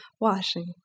Washing